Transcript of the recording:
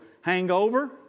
hangover